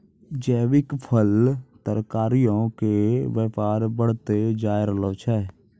जैविक फल, तरकारीयो के व्यापार बढ़तै जाय रहलो छै